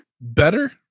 better